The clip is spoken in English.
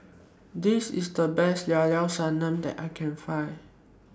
This IS The Best Llao Llao Sanum that I Can Find